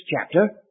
chapter